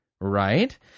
Right